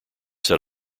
set